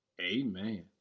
Amen